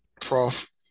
Prof